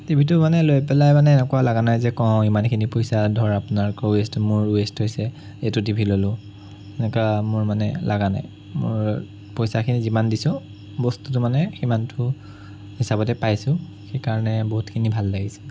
টিভিটো মানে লৈ পেলাই মানে এনেকুৱা লগা নাই যে কওঁ ইমানখিনি পইচা ধৰ গ'ল মোৰ ৱেষ্ট হৈছে এইটো টিভি ল'লো এনেকুৱা মোৰ মানে লগা মোৰ নাই পইচাখিনি যিমান দিছোঁ বস্তুটো মানে সিমানটো হিচাপতে পাইছোঁ সেইকাৰণে বহুতখিনি ভাল লাগিছে